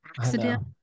accident